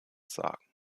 sagen